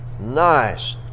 nice